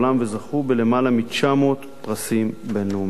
וזכו בלמעלה מ-900 פרסים בין-לאומיים.